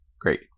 great